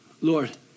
Lord